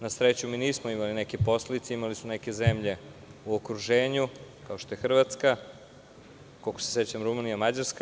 Na sreću, mi nismo imale neke posledice, imale su neke zemlje u okruženju, kao što je Hrvatska, koliko se sećam Rumunija, Mađarska.